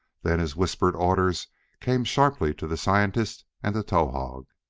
then his whispered orders came sharply to the scientist and to towahg.